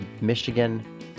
Michigan